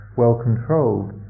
well-controlled